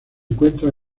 encuentra